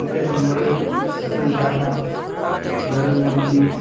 Mukesh Ambani Ratan Tata Narendra Modi